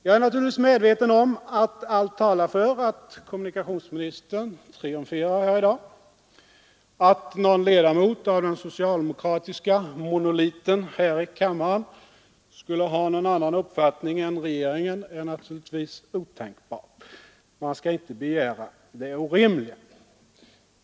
Jag är naturligtvis medveten om att allt talar för att kommunikationsministern triumferar här i dag; att någon ledamot av den socialdemokratiska monoliten här i kammaren skulle ha någon annan uppfattning än regeringen är förstås otänkbart. Man skall inte begära det orimliga.